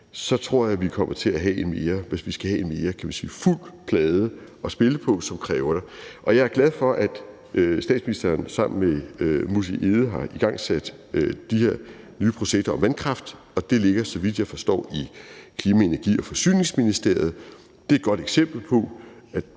i geopolitikken, så kræver det, at vi har en mere fuld plade at spille på. Jeg er glad for, at statsministeren sammen med Múte B. Egede har igangsat de her nye projekter om vandkraft, og det ligger, så vidt jeg forstår, i Klima-, Energi- og Forsyningsministeriet. Det er et godt eksempel på, at